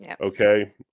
Okay